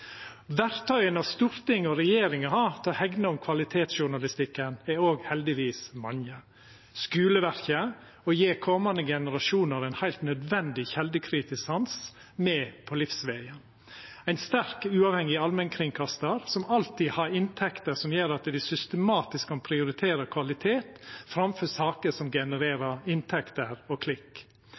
Stortinget og regjeringa har til å hegna om kvalitetsjournalistikken, er òg heldigvis mange: Skuleverket må gje komande generasjonar ein heilt nødvendig kjeldekritisk sans med på livsvegen. Ein treng ein sterk, uavhengig allmennkringkastar som alltid har inntekter som gjer at dei systematisk kan prioritera kvalitet framfor saker som genererer inntekter og klikk,